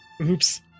Oops